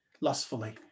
lustfully